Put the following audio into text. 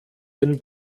den